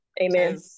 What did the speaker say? Amen